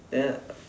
than